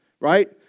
Right